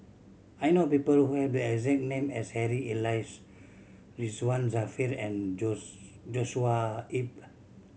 I know people who have the exact name as Harry Elias Ridzwan Dzafir and Joshua Ip